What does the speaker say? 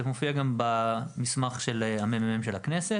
הדיון הזה מופיע גם במסמך הממ"מ של הכנסת,